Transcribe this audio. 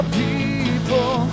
people